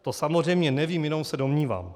To samozřejmě nevím, jenom se domnívám.